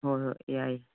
ꯍꯣꯏ ꯍꯣꯏ ꯌꯥꯏ